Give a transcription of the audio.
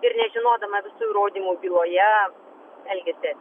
ir nežinodama visų įrodymų byloje elgiasi etiškai